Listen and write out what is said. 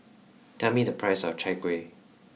tell me the price of Chai Kueh